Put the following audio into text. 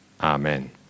amen